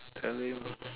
tell him